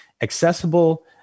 Accessible